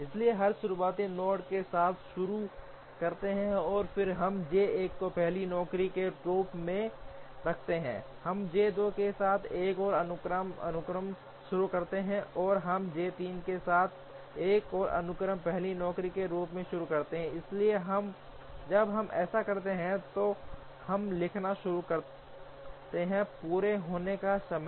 इसलिए हम शुरुआती नोड के साथ शुरू करते हैं और फिर हम J 1 को पहली नौकरी के रूप में रखते हैं हम J 2 के साथ एक और अनुक्रम शुरू करते हैं और हम J 3 के साथ एक और अनुक्रम पहली नौकरी के रूप में शुरू करते हैं इसलिए जब हम ऐसा करते हैं तो हम लिखना शुरू करते हैं पूरा होने का समय